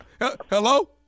Hello